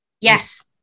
Yes